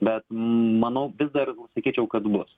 bet manau vis dar sakyčiau kad bus